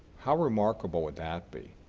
how remarkable would that be?